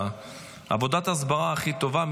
עבודת ההסברה הכי טובה,